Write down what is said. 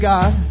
God